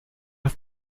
have